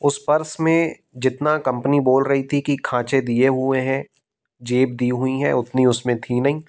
उस पर्स में जितना कंपनी बोल रही थी कि खाँचे दिए हुए हैं जेब दीं हुई हैं उतनी उसमें थी नहीं